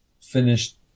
finished